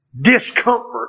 discomfort